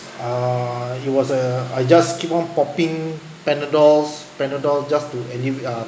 uh it was err I just keep on popping panadols panadol just to alleviate ah